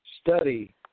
study